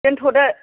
दोनथ'दो